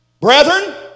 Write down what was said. Brethren